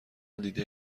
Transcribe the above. دیده